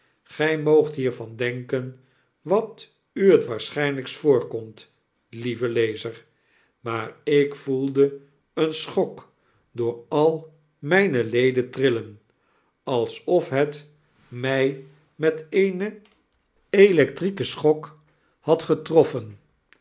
gy moogt hiervan denken wat u het waarschynlijkst voorkomt lieve lezer maar ik voelde een schok door al myne leden trillen alsof het mij met eene electrieke schok had getroffen